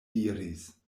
diris